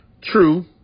true